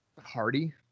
hardy